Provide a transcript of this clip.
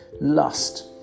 lust